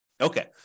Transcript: Okay